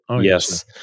Yes